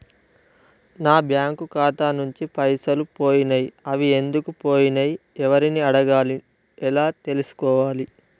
నా బ్యాంకు ఖాతా నుంచి పైసలు పోయినయ్ అవి ఎందుకు పోయినయ్ ఎవరిని అడగాలి ఎలా తెలుసుకోవాలి?